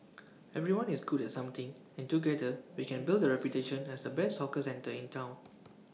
everyone is good at something and together we can build A reputation as the best hawker centre in Town